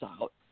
out